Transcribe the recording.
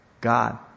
God